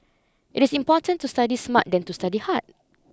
it is more important to study smart than to study hard